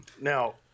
now